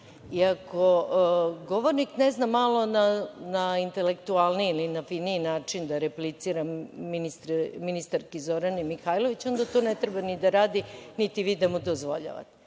Ako govornik ne zna malo na intelektualniji ili finiji način da replicira ministarki Zorani Mihajlović, onda to ne treba ni da radi, niti vi da mu dozvoljavate.